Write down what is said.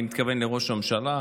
אני מתכוון לראש הממשלה.